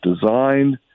designed